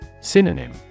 Synonym